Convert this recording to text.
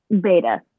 Beta